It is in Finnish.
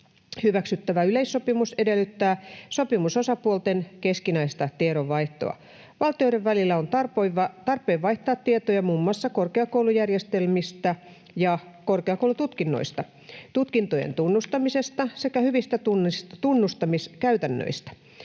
Hyväksyttävä yleissopimus edellyttää sopimusosapuolten keskinäistä tiedonvaihtoa. Valtioiden välillä on tarpeen vaihtaa tietoja muun muassa korkeakoulujärjestelmistä ja korkeakoulututkinnoista, tutkintojen tunnustamisesta sekä hyvistä tunnustamiskäytännöistä.